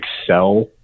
excel